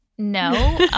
No